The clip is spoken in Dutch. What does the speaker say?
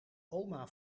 oma